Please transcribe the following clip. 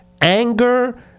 anger